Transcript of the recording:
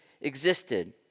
existed